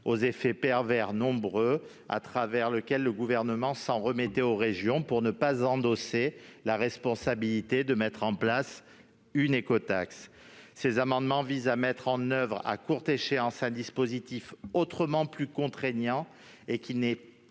aux effets pervers nombreux, par lequel le Gouvernement s'en remettait aux régions pour ne pas endosser la responsabilité de la mise en place une écotaxe. Ces amendements visent à mettre en oeuvre à courte échéance un dispositif autrement plus contraignant et qui n'est pas